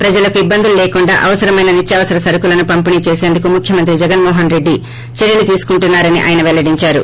ప్రజలకు ఇబ్బందులు లేకుండా అవసరమైన నిత్యావసర సరకులను పంపిణీ చేసందుకు ముఖ్యమంత్రి జగన్మోహన్రెడ్డి చర్యలు తీసుకుంటున్నారని ఆయన వెల్లడించారు